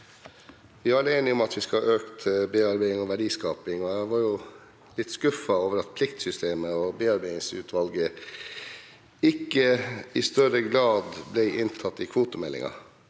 Vi er alle eni- ge om at vi skal ha økt bearbeiding og verdiskaping. Jeg var litt skuffet over at pliktsystemet og bearbeidingsutvalget ikke i større grad ble inntatt i kvotemeldingen.